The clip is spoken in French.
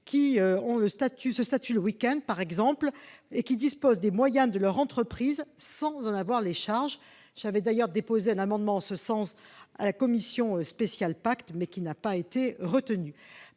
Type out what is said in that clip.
qui ont ce statut le week-end, par exemple, et qui disposent des moyens de leur entreprise sans en avoir les charges. J'avais d'ailleurs déposé un amendement sur ce sujet en commission spéciale lors de l'examen